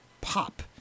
pop